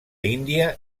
índia